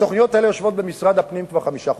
התוכניות האלה יושבות במשרד הפנים כבר חמישה חודשים.